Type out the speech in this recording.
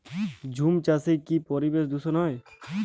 ঝুম চাষে কি পরিবেশ দূষন হয়?